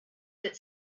that